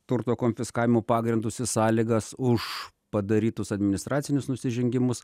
turto konfiskavimo pagrindus ir sąlygas už padarytus administracinius nusižengimus